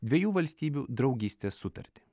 dviejų valstybių draugystės sutartį